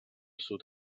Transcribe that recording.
sud